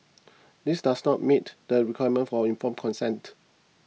this does not meet the requirement for informed consent